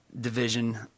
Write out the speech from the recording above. division